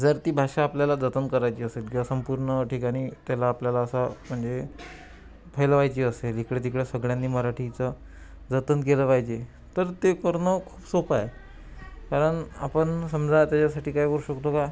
जर ती भाषा आपल्याला जतन करायची असेल किंवा संपूर्ण ठिकाणी त्याला आपल्याला असं म्हणजे फैलवायची असेल इकडं तिकडं सगळ्यांनी मराठीचं जतन केलं पाहिजे तर ते करणं खूप सोपं आहे कारण आपण समजा त्याच्यासाठी काय करु शकतो का